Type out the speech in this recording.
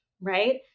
right